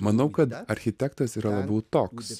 manau kad architektas yra labiau toks